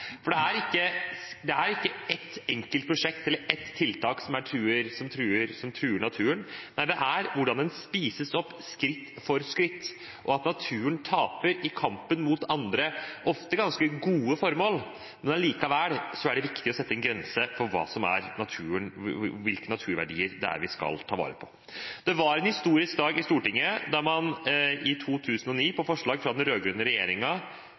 ikke ett enkelt prosjekt, eller ett tiltak, som truer naturen – nei, det er hvordan den spises opp skritt for skritt, og at naturen taper i kampen mot andre, ofte ganske gode, formål, men likevel er det viktig å sette en grense for hvilke naturverdier vi skal ta vare på. Det var en historisk dag i Stortinget da man i 2009, etter forslag fra den